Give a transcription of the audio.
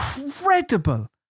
incredible